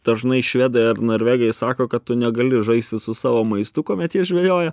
dažnai švedai ar norvegai sako kad tu negali žaisti su savo maistu kuomet jie žvejojo